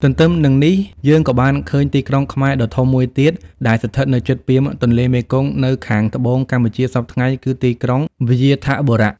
ទន្ទឹមនឹងនេះ យើងក៏បានឃើញ ទីក្រុងខ្មែរដ៏ធំមួយទៀតដែលស្ថិតនៅជិតពាមទន្លេមេគង្គ នៅខាង ត្បូងកម្ពុជាសព្វថ្ងៃគឺទីក្រុង វ្យាធបុរៈ ។